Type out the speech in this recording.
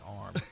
arm